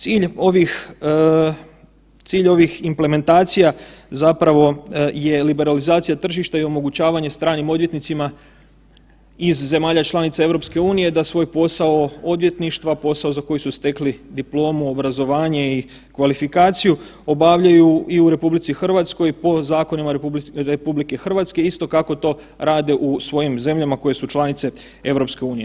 Cilj je ovih, cilj ovih implementacija zapravo je liberalizacija tržišta i omogućavanje stranim odvjetnicama iz zemalja članica EU da svoj posao odvjetništva, posao za koji su stekli diplomu, obrazovanje i kvalifikaciju obavljaju i u RH po zakonima RH, isto kako to rade u svojim zemljama koje su članice EU.